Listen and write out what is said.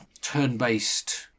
turn-based